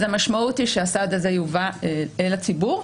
אז המשמעות היא שהסעד הזה יובא אל הציבור.